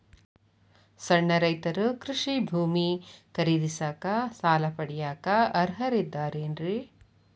ಸಣ್ಣ ರೈತರು ಕೃಷಿ ಭೂಮಿ ಖರೇದಿಸಾಕ, ಸಾಲ ಪಡಿಯಾಕ ಅರ್ಹರಿದ್ದಾರೇನ್ರಿ?